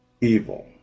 evil